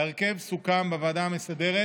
ההרכב סוכם בוועדה המסדרת